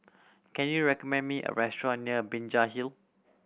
can you recommend me a restaurant near Binjai Hill